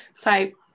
type